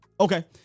Okay